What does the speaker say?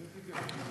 כן, כן.